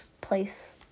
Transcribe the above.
place